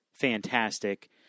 fantastic